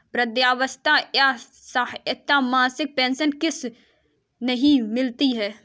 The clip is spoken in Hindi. वृद्धावस्था या असहाय मासिक पेंशन किसे नहीं मिलती है?